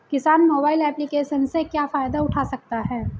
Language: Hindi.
किसान मोबाइल एप्लिकेशन से क्या फायदा उठा सकता है?